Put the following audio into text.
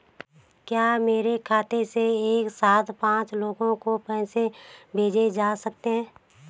क्या मेरे खाते से एक साथ पांच लोगों को पैसे भेजे जा सकते हैं?